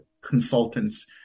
consultants